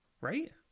Right